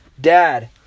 dad